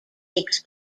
takes